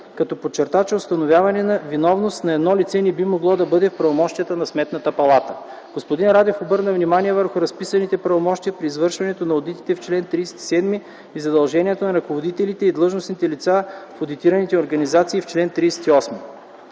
като подчерта, че установяване на виновност на едно лице не би могло да бъде в правомощията на Сметната палата. Господин Радев обърна внимание върху разписаните правомощия при извършването на одитите в чл. 37 и задълженията на ръководителите и длъжностните лица в одитираните организации в чл. 38.